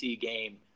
game